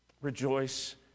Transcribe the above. Rejoice